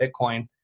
Bitcoin